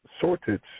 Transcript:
shortage